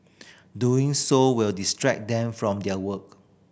doing so will distract them from their work